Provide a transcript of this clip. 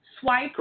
swipe